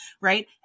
right